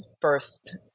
first